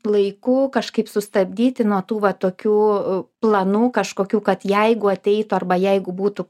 laiku kažkaip sustabdyti nuo tų va tokių planų kažkokių kad jeigu ateitų arba jeigu būtų